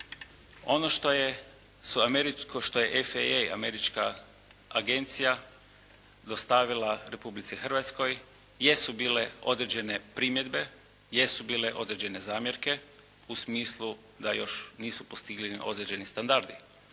Ono što su EFE američka agencija dostavila Republici Hrvatskoj jesu bile određene primjedbe, jesu bile određene zamjerke u smislu da još nisu postignuti određeni standardi.